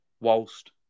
whilst